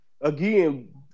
again